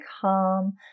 calm